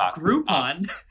Groupon